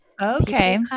Okay